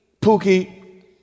Pookie